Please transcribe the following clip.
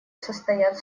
состоят